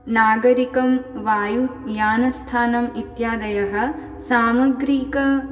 नागरिकं वायुयानस्थानम् इत्यादयः सामग्रीक